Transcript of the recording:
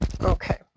Okay